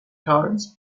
currents